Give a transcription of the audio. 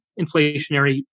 inflationary